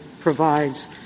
provides